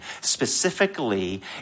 specifically